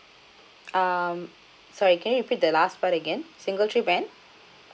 um sorry can you repeat the last part again single trip and